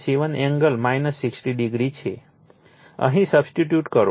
57 angle 62o છે અહીં substitute કરો